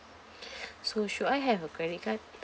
so should I have a credit card